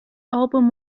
album